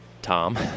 tom